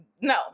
no